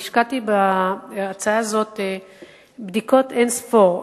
והשקעתי בהצעה הזאת בדיקות אין-ספור,